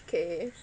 okay